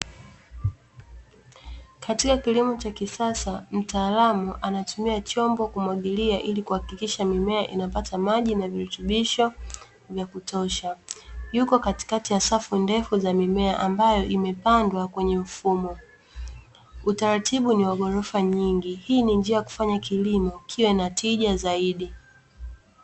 Katika kilimo cha kisasa, mtalaamu anatumia chombo kumwagilia, ili kuhakikisha mimea inapata maji na virutubisho vya kutosha, yuko katikati ya safu ndefu za mimea ambayo imepandwa kwenye mfumo, utaratibu ni wa ghorofa nyingi, hii ni njia ya kufanya kilimo kiwe na tija zaidi.